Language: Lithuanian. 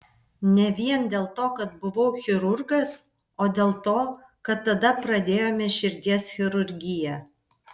ne vien dėl to kad buvau chirurgas o dėl to kad tada pradėjome širdies chirurgiją